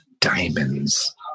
diamonds